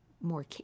more